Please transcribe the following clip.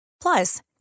Plus